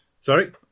Sorry